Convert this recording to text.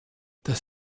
das